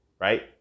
right